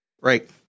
right